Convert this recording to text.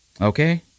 Okay